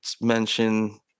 mention